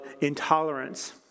intolerance